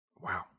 Wow